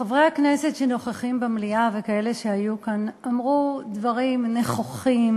חברי הכנסת שנוכחים במליאה וכאלה שהיו כאן אמרו דברים נכוחים,